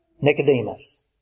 Nicodemus